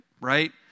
right